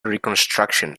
reconstruction